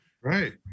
Right